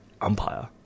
umpire